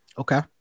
Okay